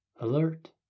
alert